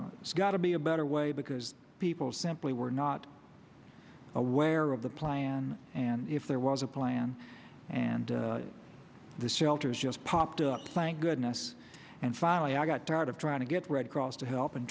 gotta be a better way because people simply were not where of the plan and if there was a plan and the shelters just popped up plank goodness and finally i got tired of trying to get red cross to help